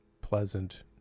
pleasant